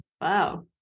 Wow